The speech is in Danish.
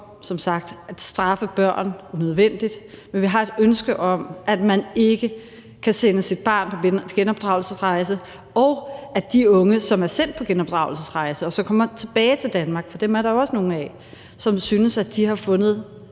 om at straffe børn unødvendigt, men vi har et ønske om, at man ikke kan sende sit barn på genopdragelsesrejse, og vi bliver nødt til at tage et opgør med det og med de unge, som er sendt på genopdragelsesrejse, og som kommer tilbage til Danmark, for dem er der jo også nogle af, og som altså synes, at de har fundet